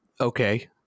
okay